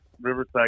Riverside